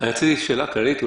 לי שאלה כללית.